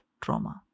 trauma